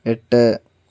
എട്ട്